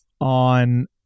on